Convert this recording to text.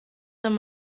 wenn